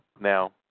Now